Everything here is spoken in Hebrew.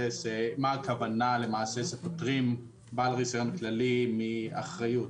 שמה הכוונה שפוטרים בעל רישיון כללי מאחריות.